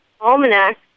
Almanac